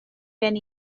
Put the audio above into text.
gen